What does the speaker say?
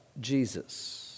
Jesus